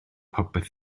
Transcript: popeth